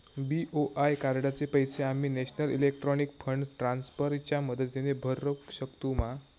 BOI कार्डाचे पैसे आम्ही नेशनल इलेक्ट्रॉनिक फंड ट्रान्स्फर च्या मदतीने भरुक शकतू मा?